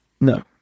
No